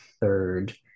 third